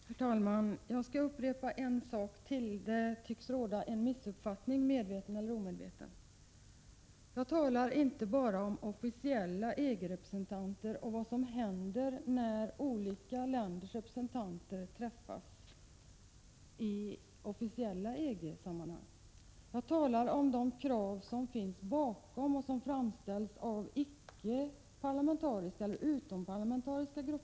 Herr talman! Jag skall upprepa ytterligare en sak, eftersom det tycks råda en missuppfattning — medveten eller omedveten. Jag talar inte bara om officiella EG-representanter och vad som händer när olika länders representanter träffas i officiella EG-sammanhang. Jag talar om de krav som finns bakom och som framställs av utomparlamentariska gruppers representanter.